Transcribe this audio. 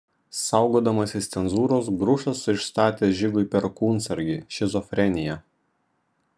saugodamasis cenzūros grušas išstatė žigui perkūnsargį šizofreniją